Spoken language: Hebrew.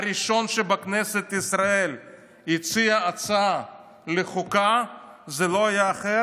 הראשון שהציע בכנסת ישראל הצעה לחוקה היה לא אחר